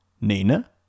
Nina